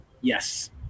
Yes